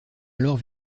alors